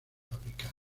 fabricar